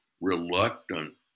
reluctant